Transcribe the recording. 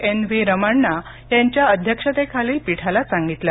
N V Ramana यांच्या अध्याक्षतेखालील पिठाला सांगितलं